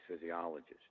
physiologist